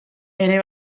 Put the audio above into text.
ere